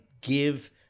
give